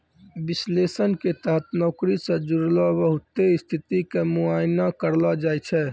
विश्लेषण के तहत नौकरी से जुड़लो बहुते स्थिति के मुआयना करलो जाय छै